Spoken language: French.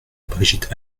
brigitte